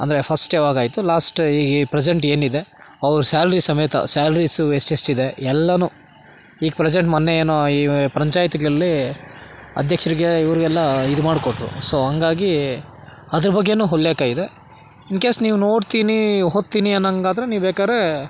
ಅಂದರೆ ಫರ್ಸ್ಟ್ ಯಾವಾಗಾಯಿತು ಲಾಸ್ಟು ಈ ಪ್ರೆಸೆಂಟು ಏನಿದೆ ಅವರ ಸ್ಯಾಲರಿ ಸಮೇತ ಸ್ಯಾಲರಿಸು ಎಷ್ಟೆಷ್ಟಿದೆ ಎಲ್ಲನೂ ಈಗ ಪ್ರೆಸೆಂಟ್ ಮೊನ್ನೆ ಏನು ಈ ಪಂಚಾಯತ್ಗಳಲ್ಲಿ ಅಧ್ಯಕ್ಷರಿಗೆ ಇವ್ರಿಗೆಲ್ಲ ಇದು ಮಾಡ್ಕೊಟ್ರು ಸೋ ಹಾಗಾಗಿ ಅದರ ಬಗ್ಗೇನೂ ಉಲ್ಲೇಖ ಇದೆ ಇನ್ ಕೇಸ್ ನೀವು ನೋಡ್ತೀನಿ ಓದ್ತೀನಿ ಅನ್ನೋ ಹಾಗಾದ್ರೆ ನೀವು ಬೇಕಾದ್ರೆ